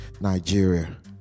Nigeria